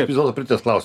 epizodo pirties klausimo